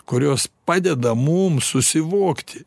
kurios padeda mum susivokti